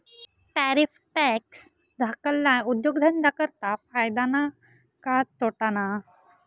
Tariff tax धाकल्ला उद्योगधंदा करता फायदा ना का तोटाना?